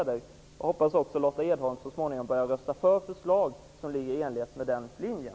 Jag hoppas också att Lotta Edholm så småningom skall börja rösta för förslag som är i enlighet med den linjen.